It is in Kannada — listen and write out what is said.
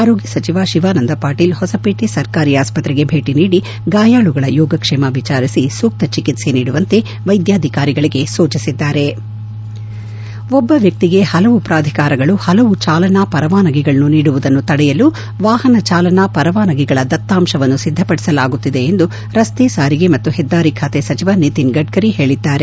ಆರೋಗ್ಯ ಸಚಿವ ಶಿವಾನಂದ ಪಾಟೀಲ್ ಹೊಸವೇಟೆ ಸರ್ಕಾರಿ ಆಸ್ತ್ರೆಗೆ ಭೇಟಿ ನೀಡಿ ಗಾಯಾಳುಗಳ ಯೋಗಕ್ಷೇಮವನ್ನು ವಿಚಾರಿಸಿ ಸೂಕ್ತ ಚಿಕಿತ್ಸೆ ನೀಡುವಂತೆ ವೈದ್ಯಾಧಿಕಾರಿಗಳಿಗೆ ಸೂಚಿಸಿದ್ದಾರೆ ಒಬ್ಬ ವ್ಯಕ್ತಿಗೆ ಪಲವು ಪ್ರಾಧಿಕಾರಗಳು ಪಲವು ಚಾಲನಾ ಪರವಾನಗಿಗಳನ್ನು ನೀಡುವುದನ್ನು ತಡೆಯಲು ವಾಪನ ಚಾಲನ ಪರವಾನಗಿಗಳ ದತ್ತಾಂಶವನ್ನು ಸಿದ್ದಪಡಿಸಲಾಗುತ್ತಿದೆ ಎಂದು ರಸ್ತೆ ಸಾರಿಗೆ ಮತ್ತು ಹೆದ್ದಾರಿ ಖಾತೆ ಸಚಿವ ನಿತಿನ್ ಗಡ್ಡರಿ ಹೇಳಿದ್ದಾರೆ